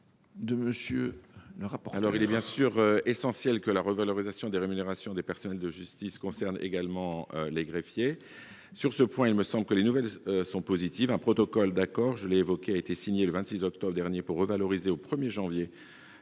? Il est bien sûr essentiel que la revalorisation des rémunérations des personnels de la justice concerne également les greffiers. Sur ce point, les nouvelles sont, semble t il, positives. Un protocole d’accord, que j’ai évoqué, a été signé le 26 octobre dernier pour revaloriser, au 1 janvier